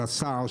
של השר,